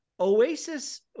Oasis